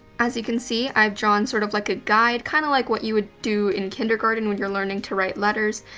as you can see, i've drawn sort of like a guide, kinda kind of like what you would do in kindergarten when you're learning to write letters.